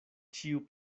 ĉiu